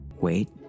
Wait